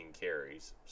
carries